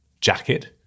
jacket